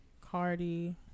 Cardi